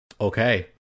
Okay